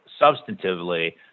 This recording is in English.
substantively